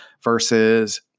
versus